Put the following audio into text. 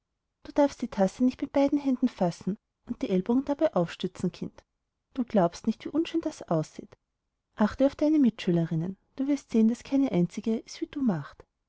du darfst die tasse nicht mit beiden händen fassen und die ellbogen dabei aufstützen kind du glaubst nicht wie unschön das aussieht achte auf deine mitschülerinnen du wirst sehen daß keine einzige es wie du macht